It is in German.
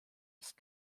ist